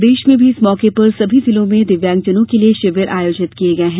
प्रदेश में भी इस मौके पर समी जिलों में दिव्यांगजनों के लिए शिविर आयोजित किये गये हैं